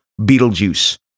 beetlejuice